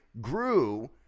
grew